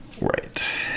Right